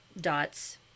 dots